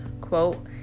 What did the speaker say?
quote